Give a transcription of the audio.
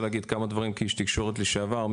להגיד כמה דברים כאיש תקשורת לשעבר.